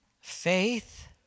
Faith